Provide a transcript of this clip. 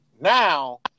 Now